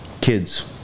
kids